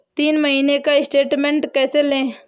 तीन महीने का स्टेटमेंट कैसे लें?